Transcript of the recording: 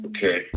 Okay